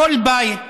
כל בית